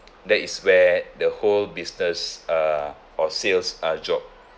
that is where the whole business uh or sales uh drop